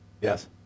Yes